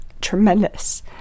tremendous